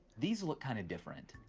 these look kind of different.